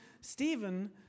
Stephen